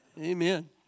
Amen